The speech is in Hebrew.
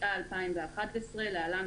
התשע"א-2011 (להלן,